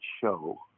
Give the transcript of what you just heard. show